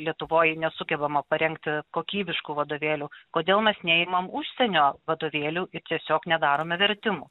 lietuvoj nesugebama parengti kokybiškų vadovėlių kodėl mes neimam užsienio vadovėlių ir tiesiog nedarome vertimų